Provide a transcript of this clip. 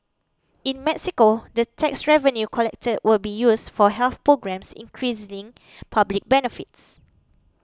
in Mexico the tax revenue collected will be used for health programmes increasing public benefits